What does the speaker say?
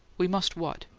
we must what?